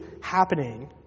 happening